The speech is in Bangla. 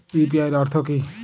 ইউ.পি.আই এর অর্থ কি?